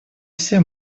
все